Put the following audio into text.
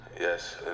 Yes